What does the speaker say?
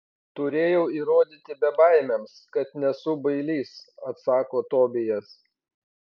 turėjau įrodyti bebaimiams kad nesu bailys atsako tobijas